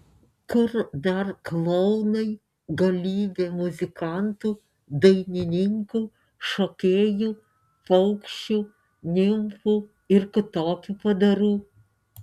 kur dar klounai galybė muzikantų dainininkų šokėjų paukščių nimfų ir kitokių padarų